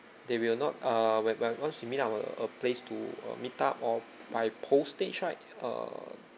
they will not err when when once you meet up a a place to uh meet up or by postage right err